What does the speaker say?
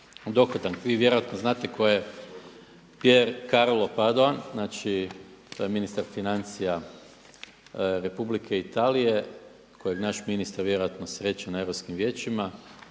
dohodak. Vi vjerojatno znate tko je Pier Carlo Padovan, znači to je ministar financija Republike Italije kojeg naš ministar vjerojatno sreće na europskim vijećima.